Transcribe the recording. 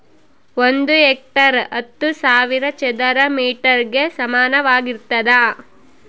ಒಂದು ಹೆಕ್ಟೇರ್ ಹತ್ತು ಸಾವಿರ ಚದರ ಮೇಟರ್ ಗೆ ಸಮಾನವಾಗಿರ್ತದ